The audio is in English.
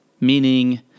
Meaning